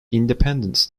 independence